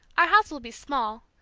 our house will be small,